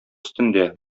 өстендә